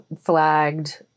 flagged